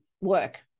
work